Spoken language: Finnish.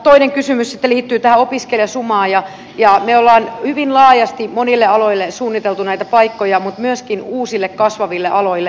toinen kysymys sitten liittyy opiskelijasumaan ja me olemme hyvin laajasti monille aloille suunnitelleet näitä paikkoja mutta myöskin uusille kasvaville aloille